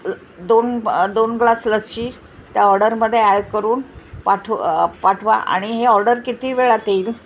दोन दोन ग्लास लसी त्या ऑर्डरमदे ॲड करून पाठवा पाठवा आणि हे ऑर्डर किती वेळात येईल